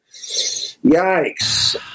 Yikes